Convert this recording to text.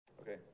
Okay